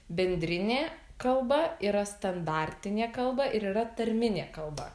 bendrinė kalba yra standartinė kalba ir yra tarminė kalba